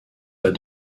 pas